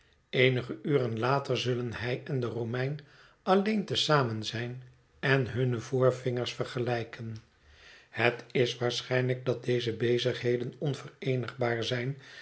eenige uren later zullen hij en de romein alleen te zamen zijn en hunne voorvingers vergelijken het is waarschijnlijk dat deze bezigheden onvereenigbaar zijn